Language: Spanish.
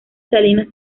salinas